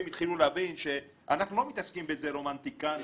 התחילו להבין שאנחנו לא מתעסקים ברומנטיקנים